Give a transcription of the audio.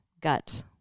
gut